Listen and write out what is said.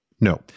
No